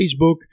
facebook